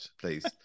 please